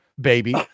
baby